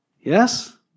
Yes